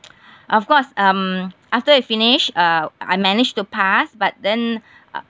of course um after you finish uh I manage to pass but then uh